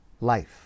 life